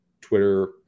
Twitter